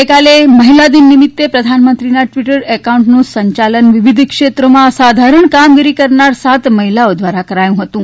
ગઇકાલે મહિલા દિન નિમિત્તે પ્રધાનમંત્રીના ટવીટર એકાઉન્ટનું સંચાલન વિવિધ ક્ષેત્રોમાં અસાધારણ કામગીરી કરનારી સાત મહિલાઓ દ્વારા કરાયું હતું